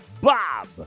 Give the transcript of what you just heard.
Bob